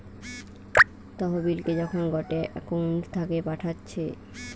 তহবিলকে যখন গটে একউন্ট থাকে পাঠাচ্ছে